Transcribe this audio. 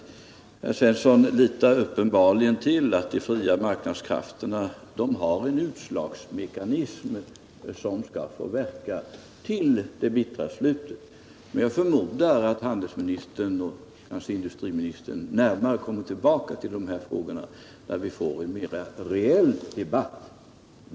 Herr Svensson litar uppenbarligen till att de fria marknadskrafterna har en utslagningsmekanism som skall få verka till det bittra slutet. Men jag förmodar att handelsministern, och kanske industriministern, kommer tillbaka till de här frågorna i en mera reell debatt.